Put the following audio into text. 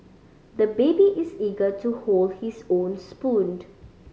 the baby is eager to hold his own spoon